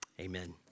Amen